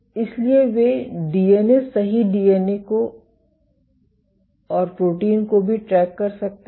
इसलिए वे डीएनए सही डीएनए को और प्रोटीन को भी ट्रैक कर सकते हैं